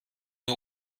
nur